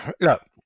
look